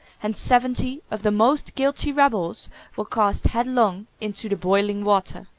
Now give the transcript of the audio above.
and seventy of the most guilty rebels were cast headlong into the boiling water.